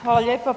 Hvala lijepa.